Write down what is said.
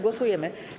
Głosujemy.